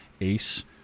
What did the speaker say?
Ace